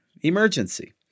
emergency